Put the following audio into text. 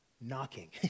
knocking